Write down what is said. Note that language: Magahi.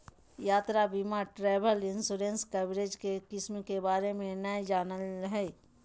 यात्रा बीमा ट्रैवल इंश्योरेंस कवरेज के किस्म के बारे में नय जानय हइ